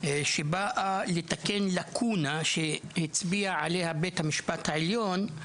שבאה לתקן לקונה שהצביע עליה בית המשפט העליון,